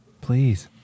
Please